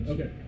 Okay